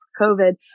COVID